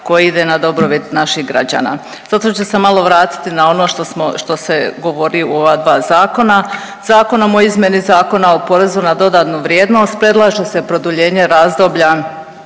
koji ide na dobrobit naših građana. Sada ću se malo vratiti na ono što smo, što se govori u ova dva zakona. Zakonom o izmjeni Zakona o porezu na dodanu vrijednost predlaže se produljenje razdoblja